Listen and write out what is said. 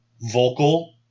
vocal